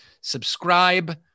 subscribe